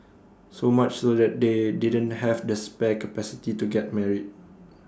so much so that they didn't have the spare capacity to get married